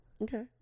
okay